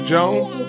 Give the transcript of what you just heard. Jones